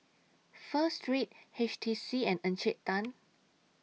Pho Street H T C and Encik Tan